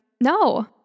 no